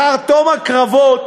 לאחר תום הקרבות,